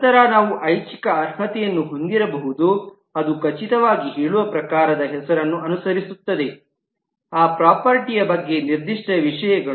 ನಂತರ ನಾವು ಐಚ್ಛಿಕ ಅರ್ಹತೆಯನ್ನು ಹೊಂದಿರಬಹುದು ಅದು ಖಚಿತವಾಗಿ ಹೇಳುವ ಪ್ರಕಾರದ ಹೆಸರನ್ನು ಅನುಸರಿಸುತ್ತದೆ ಆ ಪ್ರಾಪರ್ಟೀಯ ಬಗ್ಗೆ ನಿರ್ದಿಷ್ಟ ವಿಷಯಗಳು